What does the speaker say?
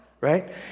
Right